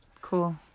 Cool